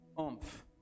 oomph